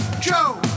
Joe